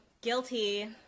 guilty